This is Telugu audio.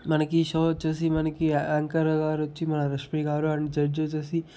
మనకి ఈ షో వచ్చేసి మనకి యాంకర్ గారు వచ్చి మన రష్మీ గారు అండ్ జడ్జ్ వచ్చేసి